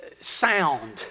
sound